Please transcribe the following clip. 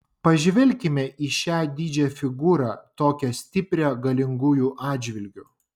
pažvelkime į šią didžią figūrą tokią stiprią galingųjų atžvilgiu